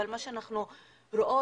אבל מה שאנחנו רואות,